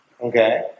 Okay